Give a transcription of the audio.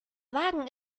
wagen